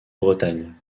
bretagne